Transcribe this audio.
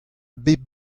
bep